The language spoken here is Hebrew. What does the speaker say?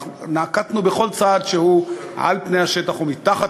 נקטנו כל צעד שהוא על פני השטח ומתחת